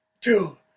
two